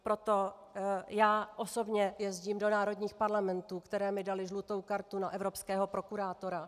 Proto já osobně jezdím do národních parlamentů, které mi daly žlutou kartu na evropského prokurátora.